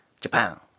Japan